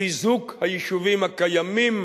חיזוק היישובים הקיימים